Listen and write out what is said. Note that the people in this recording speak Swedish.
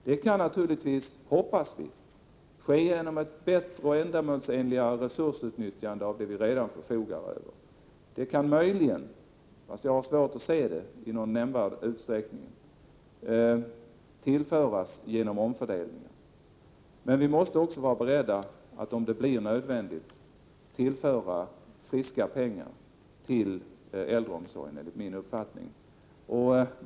Det kan, hoppas vi, ske genom ett bättre och ändamålsenligare resursutnyttjande av det vi redan förfogar över. Detta kan möjligen ske — fast jag har svårt att se att det skulle vara möjligt i nämnvärd utsträckning — genom omfördelningar. Men vi måste också vara beredda att om det blir nödvändigt tillföra friska pengar till äldreomsorgen, enligt min uppfattning.